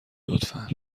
لطفا